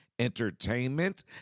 entertainment